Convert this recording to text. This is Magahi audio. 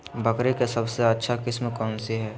बकरी के सबसे अच्छा किस्म कौन सी है?